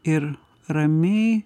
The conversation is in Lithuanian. ir ramiai